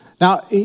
Now